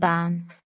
Bank